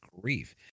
grief